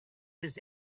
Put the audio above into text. his